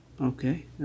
Okay